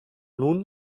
nun